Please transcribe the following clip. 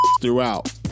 throughout